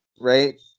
right